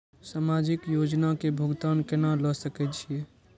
समाजिक योजना के भुगतान केना ल सके छिऐ?